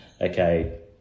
okay